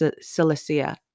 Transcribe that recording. Cilicia